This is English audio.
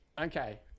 okay